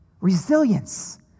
resilience